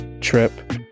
trip